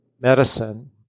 Medicine